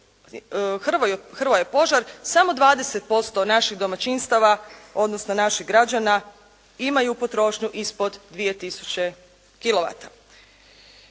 "Hrvoje Požar", samo 20% naših domaćinstva, odnosno naših građana imaju potrošnju ispod 2